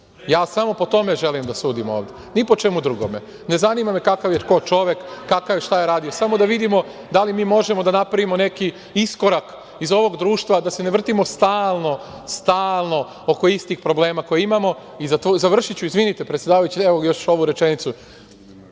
Ja samo po tome želim da sudim ovde, ni po čemu drugome. Ne zanima me kakav je ko čovek, kako i šta je radio, samo da vidimo da li mi možemo da napravimo neki iskorak iz ovog društva, da se ne vrtimo stalno oko istih problema koje imamo. Još samo jednu rečenicu,